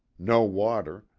no water,